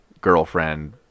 girlfriend